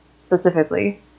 specifically